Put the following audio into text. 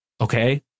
Okay